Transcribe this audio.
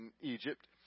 Egypt